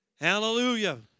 Hallelujah